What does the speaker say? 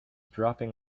dropping